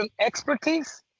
expertise